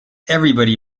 everybody